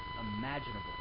imaginable